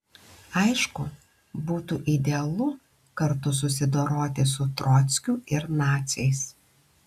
aišku būtų idealu kartu susidoroti su trockiu ir naciais